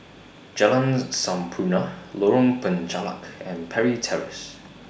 Jalan Sampurna Lorong Penchalak and Parry Terrace